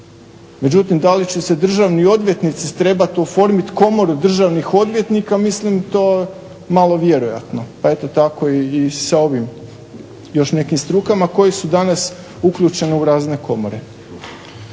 međutim da li će državni odvjetnici trebati oformit komoru državnih odvjetnika mislim to malo vjerojatno pa eto tako i sa ovim još nekim strukama koje su danas uključene u razne komore.